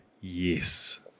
yes